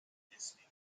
deswegen